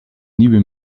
nieuwe